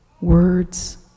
words